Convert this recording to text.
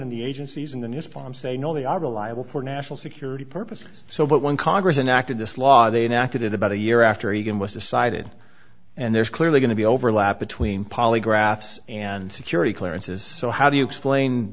and the agencies in the news problem say no they are reliable for national security purposes so when congress enacted this law they enact it in about a year after a game was decided and there's clearly going to be overlap between polygraphs and security clearances so how do you explain